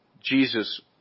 Jesus